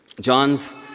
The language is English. John's